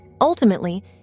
Ultimately